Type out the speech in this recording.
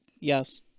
Yes